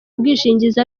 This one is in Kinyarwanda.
ubwishingizi